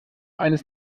eines